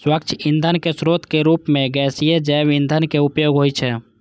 स्वच्छ ईंधनक स्रोत के रूप मे गैसीय जैव ईंधनक उपयोग होइ छै